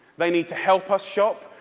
they need to help us shop.